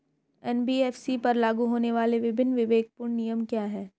NBFC पर लागू होने वाले विभिन्न विवेकपूर्ण नियम क्या हैं?